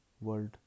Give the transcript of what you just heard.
world